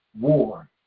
war